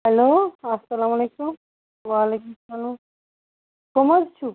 hello اَلسلامُ علیکُم وعلیکُم السلام کٕم حظ چھُو